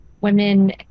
women